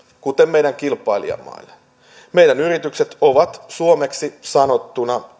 kuten meidän kilpailijamailla meidän yritykset ovat suomeksi sanottuna